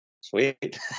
Sweet